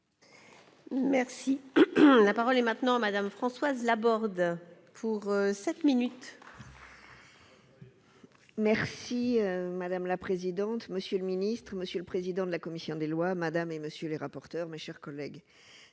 Merci, la parole est maintenant Madame Françoise Laborde pour 7 minutes. Merci madame la présidente, monsieur le Ministre, monsieur le président de la commission des lois, madame et monsieur les rapporteurs, mes chers collègues,